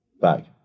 back